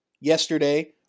Yesterday